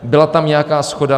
Byla tam nějaká shoda.